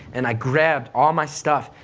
and i grabbed all my stuff,